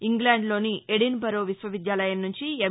ఇంగ్లాండ్లోని Edinburgh విశ్వవిద్యాలయం నుంచి ఎం